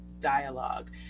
dialogue